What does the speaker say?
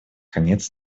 конец